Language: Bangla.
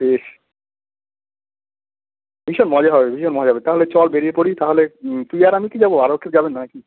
বেশ ভীষণ মজা হবে ভীষণ মজা হবে তাহলে চল বেরিয়ে পড়ি তাহলে তুই আর আমি কি যাব আরও কেউ যাবে না কি